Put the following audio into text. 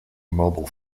mobile